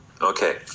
Okay